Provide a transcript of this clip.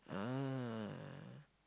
ah